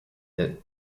that